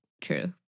True